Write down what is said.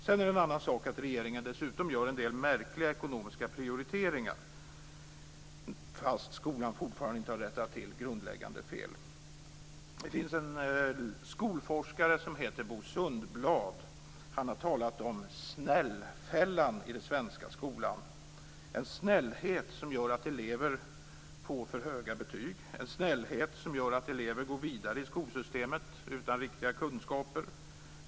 Sedan är det en annan sak att regeringen dessutom gör en del märkliga ekonomiska prioriteringar, trots att skolan fortfarande inte har rättat till grundläggande fel. Det finns en skolforskare som heter Bo Sundbladh. Han har talat om "snällfällan" i den svenska skolan - en snällhet som gör att elever får för höga betyg, en snällhet som gör att elever går vidare i skolsystemet utan riktiga kunskaper.